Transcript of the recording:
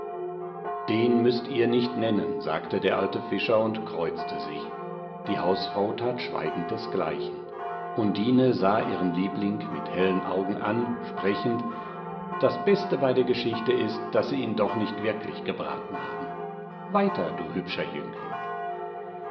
den müßt ihr nicht nennen sagte der alte fischer und kreuzte sich die hausfrau tat schweigend desgleichen undine sah ihren liebling mit hellen augen an sprechend das beste bei der geschichte ist daß sie ihn doch nicht wirklich gebraten haben weiter du hübscher jüngling